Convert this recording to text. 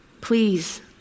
Please